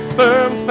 firm